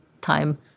time